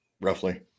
roughly